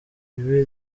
ribe